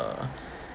uh